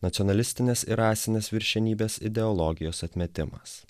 nacionalistinės ir rasinės viršenybės ideologijos atmetimas